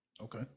Okay